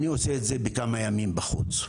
אני עושה את זה בכמה ימים בחוץ,